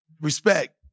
Respect